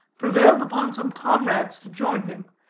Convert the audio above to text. prevailed upon some comrades to join him,